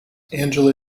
angela